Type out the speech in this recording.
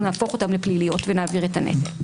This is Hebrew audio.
נהפוך אותן לפליליות ונעביר את הנטל.